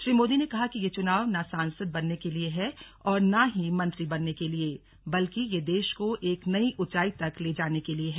श्री मोदी ने कहा कि ये चुनाव न सांसद बनने के लिए है और न ही मंत्री बनने के लिए है बल्कि ये देश को एक नई ऊंचाई तक ले जाने के लिए है